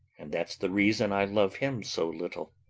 and that's the reason i love him so little.